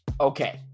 Okay